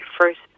first